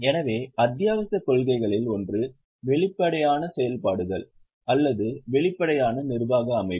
எனவே அத்தியாவசியக் கொள்கைகளில் ஒன்று வெளிப்படையான செயல்பாடுகள் அல்லது வெளிப்படையான நிர்வாக அமைப்பு